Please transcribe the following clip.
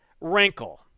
wrinkle